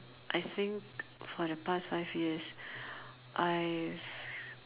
I think for the past five years I've